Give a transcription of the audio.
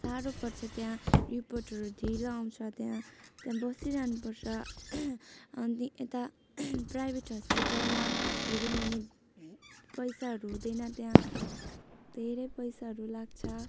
साह्रो पर्छ त्यहाँ रिपोटहरू ढिलो आउँछ त्यहाँ त्यहाँ बसिरहनु पर्छ अन्त यता प्राइभेट हस्पिटलमा हेर्यौँ भने पैसाहरू हुँदैन त्यहाँ धेरै पैसाहरू लाग्छ